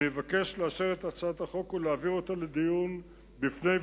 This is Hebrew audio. אני מבקש לאשר את הצעת החוק ולהעביר אותה לדיון בוועדת